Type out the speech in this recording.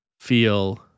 feel